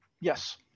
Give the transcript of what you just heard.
Yes